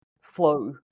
flow